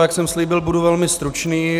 Jak jsem slíbil, budu velmi stručný.